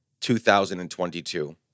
2022